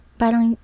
parang